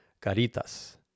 caritas